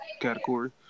Category